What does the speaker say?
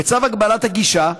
בצו הגבלת הגישה,